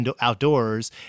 outdoors